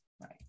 Right